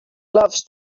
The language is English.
loves